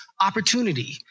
opportunity